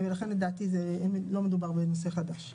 לכן לדעתי לא מדובר בנושא חדש.